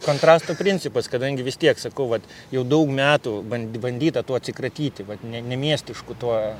kontrasto principas kadangi vis tiek sakau vat jau daug metų ban bandyta tuo atsikratyti vat ne nemiestišku tuo